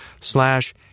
slash